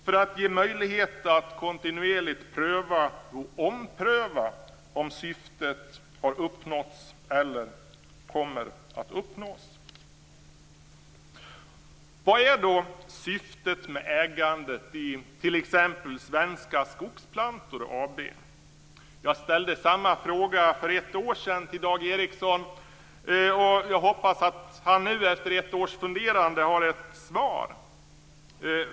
Därigenom ges möjlighet till prövning och omprövning av om syftet har uppnåtts eller kommer att uppnås. Vad är syftet med ägandet i t.ex. Svenska Skogsplantor AB? Jag ställde för ett år sedan samma fråga till Dag Ericson, och jag hoppas att han nu efter ett års funderande har ett svar.